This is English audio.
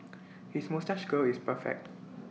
his moustache curl is perfect